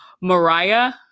Mariah